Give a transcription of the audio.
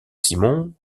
simon